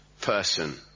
person